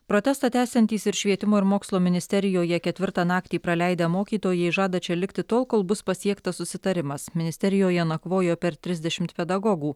protestą tęsiantys ir švietimo ir mokslo ministerijoje ketvirtą naktį praleidę mokytojai žada čia likti tol kol bus pasiektas susitarimas ministerijoje nakvojo per trisdešimt pedagogų